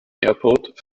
airport